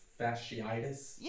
Fasciitis